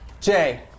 Jay